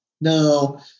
No